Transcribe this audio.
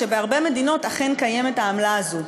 שבהרבה מדינות אכן קיימת העמלה הזאת,